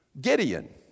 Gideon